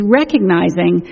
recognizing